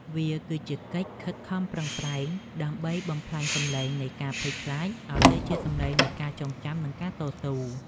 វាគឺជាកិច្ចខិតខំប្រឹងប្រែងដើម្បីបំប្លែងសម្លេងនៃការភ័យខ្លាច ឱ្យទៅជាសម្លេងនៃការចងចាំ និងការតស៊ូ